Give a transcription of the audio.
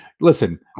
listen